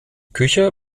küche